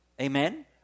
Amen